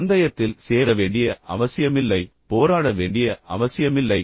பந்தயத்தில் சேர வேண்டிய அவசியமில்லை போராட வேண்டிய அவசியமில்லை போட்டியிட வேண்டிய அவசியமில்லை